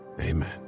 amen